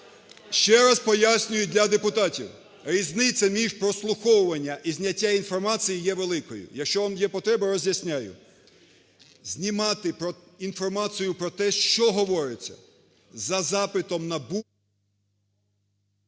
Ще раз пояснюю для депутатів. Різниця між прослуховуванням і зняттям інформації є великою. Якщо вам є потреба, роз'ясняю. Знімати інформацію про те, що говориться, за запитом НАБУ…